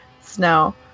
Snow